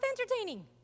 entertaining